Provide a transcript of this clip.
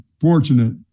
fortunate